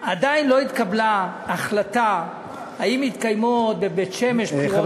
עדיין לא התקבלה החלטה אם יתקיימו בבית-שמש בחירות חוזרות.